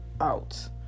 out